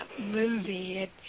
movie